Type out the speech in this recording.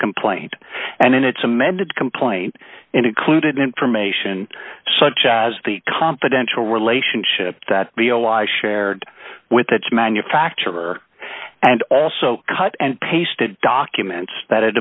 complaint and in its amended complaint and included information such as the confidential relationship that b o y shared with its manufacturer and also cut and pasted documents that it